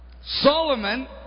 Solomon